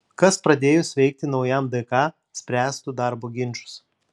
kas pradėjus veikti naujam dk spręstų darbo ginčus